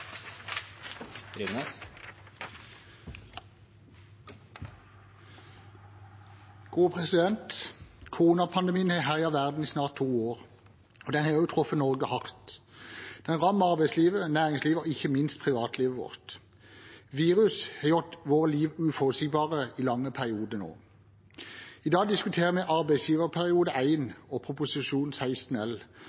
truffet Norge hardt. Den rammer arbeidslivet, næringslivet og ikke minst privatlivet vårt. Virus har gjort livet vårt uforutsigbart i lange perioder nå. I dag diskuterer vi arbeidsgiverperiode